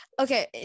Okay